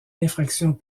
infractions